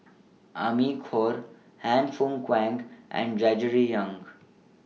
Amy Khor Han Fook Kwang and Gregory Yong